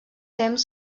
temps